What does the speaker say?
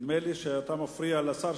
נדמה לי שאתה מפריע לשר,